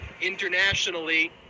internationally